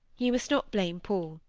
you must not blame paul.